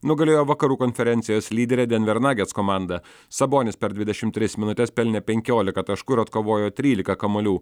nugalėjo vakarų konferencijos lyderę denver nuggets komandą sabonis per dvidešimt tris minutes pelnė penkiolika taškų ir atkovojo trylika kamuolių